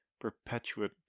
perpetuate